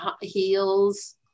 heels